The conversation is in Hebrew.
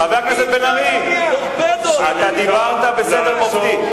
חבר הכנסת בן-ארי, אתה דיברת בסדר מופתי.